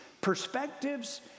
perspectives